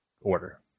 order